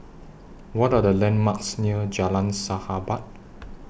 What Are The landmarks near Jalan Sahabat